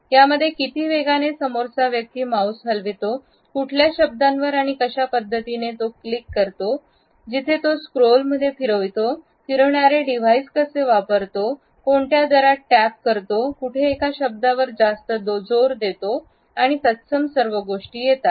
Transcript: यामध्ये किती वेगाने समोरचा व्यक्ती माऊस हलवितो कुठल्या शब्दांवर आणि कशा पद्धतीने ते क्लिक करतो जिथे ते स्क्रोलमध्ये फिरवितो फिरणारे डिवाइस कसे वापरतो कोणत्या दरात टॅप करतो कुठे एखाद्या शब्दावर जास्त जोर देतो या आणि तत्सम सर्व गोष्टी येतात